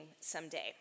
someday